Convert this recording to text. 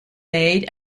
made